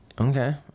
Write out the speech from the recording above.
Okay